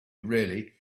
really